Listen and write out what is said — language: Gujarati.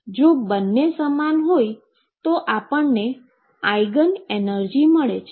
જો બંને સમાન હોય તો આપણને આઈગન એનર્જી મળે છે